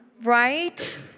right